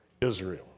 Israel